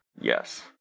Yes